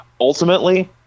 ultimately